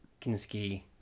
Kinski